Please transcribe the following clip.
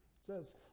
says